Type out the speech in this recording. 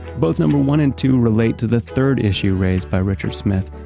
both number one and two relate to the third issue raised by richard smith,